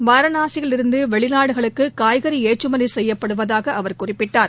வாரணாசியில் இருந்து வெளிநாடுகளுக்கு காய்கறி ஏற்றுமதி செய்யப்படுவதாக அவர் குறிப்பிட்டார்